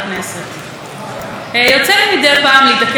שהמהפכה הפמיניסטית השיגה את יעדיה,